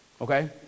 okay